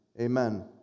amen